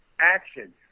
action